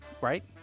right